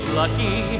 lucky